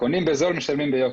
משלמים ביוקר.